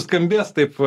skambės taip